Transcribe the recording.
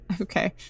Okay